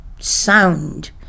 sound